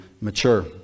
mature